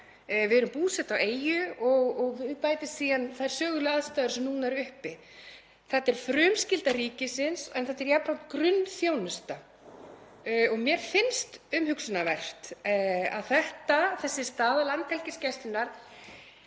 Við erum búsett á eyju og við bætast síðan þær sögulegu aðstæður sem núna eru uppi. Þetta er frumskylda ríkisins en þetta er jafnframt grunnþjónusta. Mér finnst umhugsunarvert að þessi staða Landhelgisgæslunnar